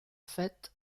fait